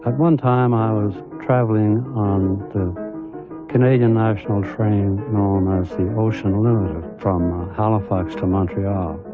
ah one time i was travelling on the canadian national train known as the ocean from halifax to montreal,